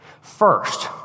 First